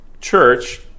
church